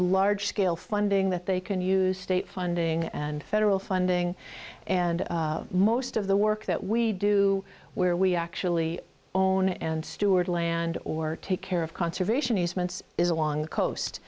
large scale funding that they can use state funding and federal funding and most of the work that we do where we actually own and steward land or take care of conservation easements is along the coast